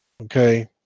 okay